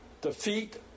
defeat